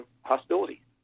hostility